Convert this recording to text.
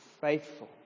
faithful